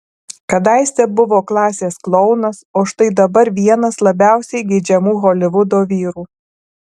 kadaise buvo klasės klounas o štai dabar vienas labiausiai geidžiamų holivudo vyrų